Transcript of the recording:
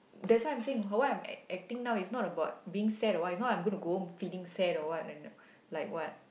that's why I'm saying what I'm act acting now is not about being sad or what is not like I'm gonna go home feeling sad or what and like what